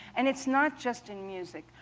and it's not just in music.